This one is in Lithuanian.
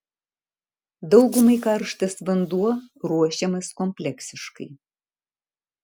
daugumai karštas vanduo ruošiamas kompleksiškai